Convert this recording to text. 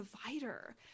provider